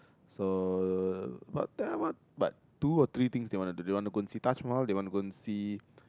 so what type but two or three things they want to do they want to go and see Taj-Mahal they want to go and see